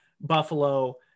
Buffalo